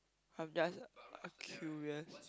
I'm just a curious